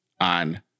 on